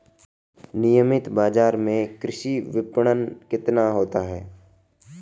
नियमित बाज़ार में कृषि विपणन कितना होता है?